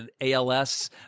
ALS